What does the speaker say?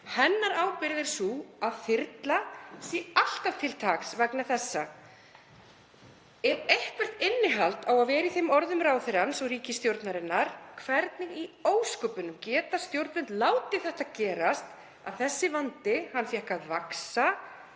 hennar er sú að þyrla sé alltaf til taks vegna þessa. Ef eitthvert innihald á að vera í orðum ráðherrans og ríkisstjórnarinnar, hvernig í ósköpunum geta stjórnvöld þá látið þetta gerast? Þessi vandi fékk að vaxa